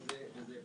וזה פסול.